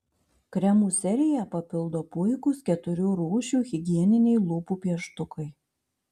kremų seriją papildo puikūs keturių rūšių higieniniai lūpų pieštukai